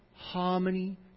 Harmony